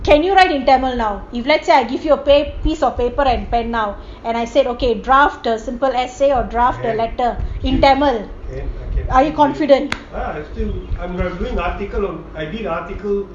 can you writing in tamil now if let's say I give you a pap~ piece of paper and pen now and I said okay draft the simple essay or draft the latter in tamil are you confident